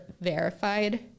verified